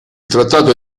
trattato